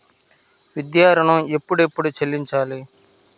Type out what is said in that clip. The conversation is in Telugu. విద్యా ఋణం ఎప్పుడెప్పుడు చెల్లించాలి?